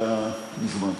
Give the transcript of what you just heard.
אתה מוזמן.